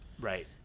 Right